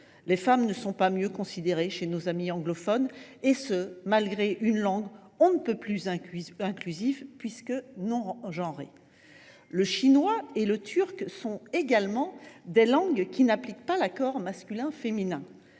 Les femmes ne sont pas mieux considérées chez nos amis anglophones, et ce malgré une langue on ne peut plus inclusive, puisque non genrée. Le chinois et le turc sont également des langues qui n’appliquent pas l’accord masculin féminin.